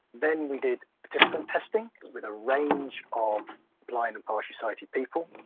then we did distant testing with a range of blind and partially sighted people.